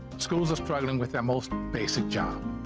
schools are struggling with their most basic job,